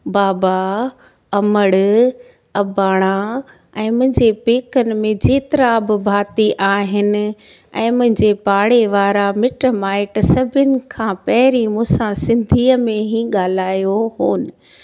बाबा अमड़ अबाणा ऐं मुंहिंजे पैकनि में जेतिरा बि भाती आहिनि ऐं मुंहिंजे पाड़े वारा मिट माइट सभिनि खां पहिरीं मूंसां सिंधीअ में ई ॻाल्हायो हुयो